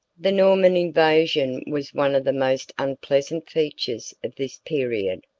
the norman invasion was one of the most unpleasant features of this period.